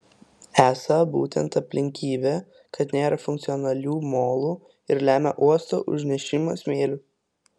esą būtent aplinkybė kad nėra funkcionalių molų ir lemia uosto užnešimą smėliu